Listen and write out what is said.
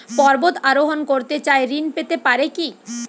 পর্বত আরোহণ করতে চাই ঋণ পেতে পারে কি?